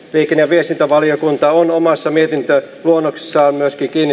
viestintävaliokunta on omassa mietintöluonnoksessaan myöskin kiinnittänyt